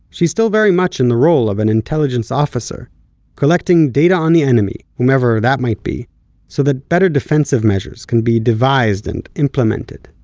she's still very much in the role of an intelligence officer collecting data on the enemy, whomever that might be so that better defensive measures can be devised and implemented.